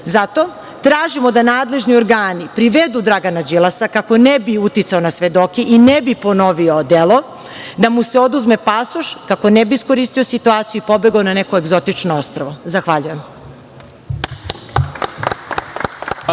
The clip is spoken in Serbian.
tražimo da nadležni organi privedu Dragana Đilasa, kako ne bi uticao na svedoke i ne bi ponovio delo, da mu se oduzme pasoš kako ne bi iskoristio situaciju i pobegao na neko egzotično ostrvo. Zahvaljujem.